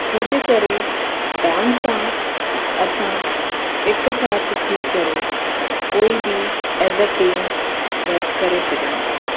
छोजे करे डांस सां असां हिकु साथ थी करे कोई बि एज़ अ टीम वर्क करे सघूं था